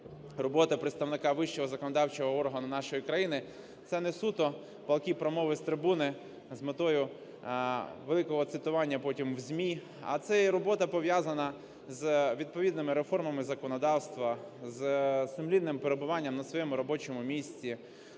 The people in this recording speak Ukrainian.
робота представника вищого законодавчого органу нашої країни – це не суто палкі промови з трибуни з метою великого цитування потім в ЗМІ, а це і робота, пов'язана з відповідними реформами законодавства, з сумлінним перебуванням на своєму робочому місці,